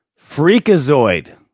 Freakazoid